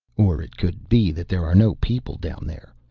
or it could be that there are no people down there.